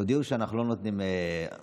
תודיעו שאנחנו לא נותנים חזור.